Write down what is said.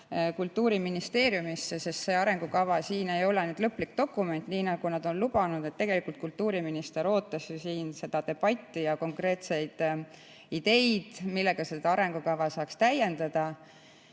Kultuuriministeeriumile, sest see arengukava siin ei ole lõplik dokument, nii nagu nad on lubanud. Tegelikult kultuuriminister ootas siin debatti ja konkreetseid ideid, millega seda arengukava saaks täiendada,